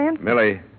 Millie